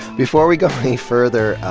before we go any further,